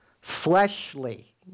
fleshly